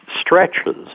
stretches